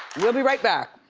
we'll be right back.